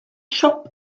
shop